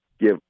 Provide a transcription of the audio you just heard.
give